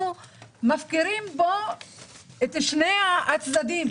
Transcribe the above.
אנחנו מפקירים פה את שני הצדדים